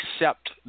accept